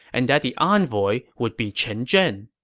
and that the envoy would be chen zhen.